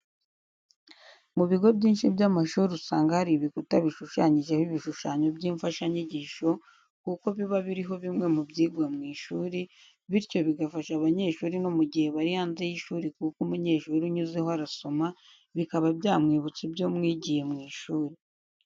Mu bigo byinshi by'amashuri, usanga hari ibikuta bishushanyijeho ibishushanyo by'imfashanyigisho kuko biba biriho bimwe mu byigwa mu ishuri, bityo bigafasha abanyeshuri no mu gihe bari hanze y'ishuri kuko umunyeshuri unyuzeho arasoma bikaba byamwibutsa ibyo mwigiye mu ishuri.